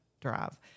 drive